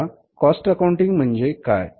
आता cost accounting म्हणजे काय